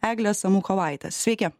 eglės samuchovaitės sveiki